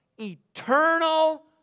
eternal